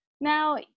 Now